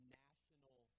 national